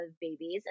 babies